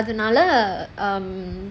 அதுனால:adhunaala um